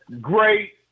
great